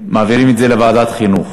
מעבירים את זה לוועדת חינוך.